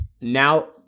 Now